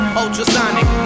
ultrasonic